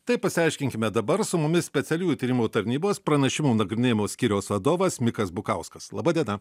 tai pasiaiškinkime dabar su mumis specialiųjų tyrimų tarnybos pranešimų nagrinėjimo skyriaus vadovas mikas bukauskas laba diena